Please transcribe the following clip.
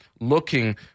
looking